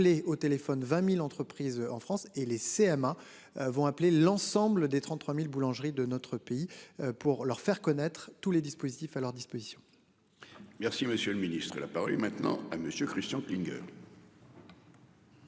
appeler au téléphone 20.000 entreprises en France et les CM1 vont appeler l'ensemble des 33.000 boulangeries de notre pays pour leur faire connaître tous les dispositifs à leur disposition. Merci, monsieur le Ministre, la parole est maintenant à monsieur Christian Klinger.